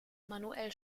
manuell